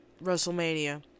Wrestlemania